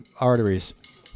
arteries